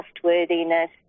trustworthiness